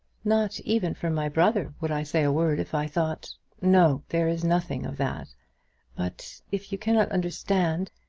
not even for my brother would i say a word if i thought no there is nothing of that but. if you cannot understand,